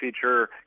feature